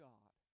God